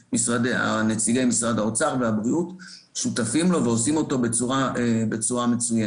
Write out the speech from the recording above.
נציגי משרד האוצר והבריאות שותפים לו ועושים אותו בצורה מצוינת.